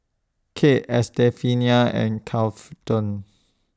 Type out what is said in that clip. Kade Estefania and